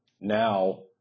now